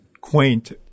quaint